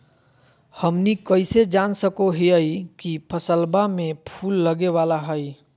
हमनी कइसे जान सको हीयइ की फसलबा में फूल लगे वाला हइ?